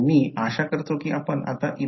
तर याचा अर्थ असा आहे की तो आहे